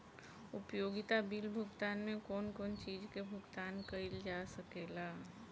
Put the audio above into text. उपयोगिता बिल भुगतान में कौन कौन चीज के भुगतान कइल जा सके ला?